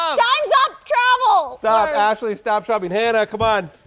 time's up travel stop ashley, stop shopping, hannah come on.